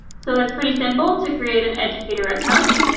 so it's pretty simple to create an educator account.